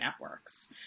networks